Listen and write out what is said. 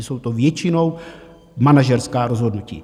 Jsou to většinou manažerská rozhodnutí.